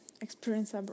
experience